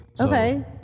Okay